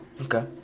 Okay